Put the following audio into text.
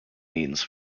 means